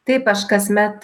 taip aš kasmet